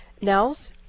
Nels